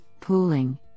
pooling